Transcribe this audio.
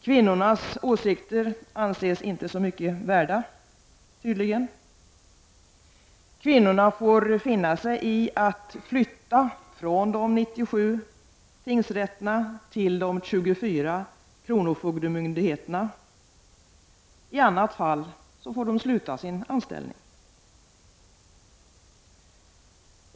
Kvinnornas åsikter anses inte så mycket värda, tydligen. Kvinnorna får finna sig i att flytta från de 97 tingsrätterna till de 24 kronofogdemyndigheterna. I annat fall får de sluta sin anställning.